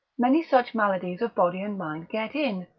many such maladies of body and mind get in,